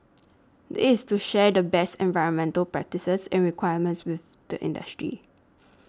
this is to share the best environmental practices and requirements with the industry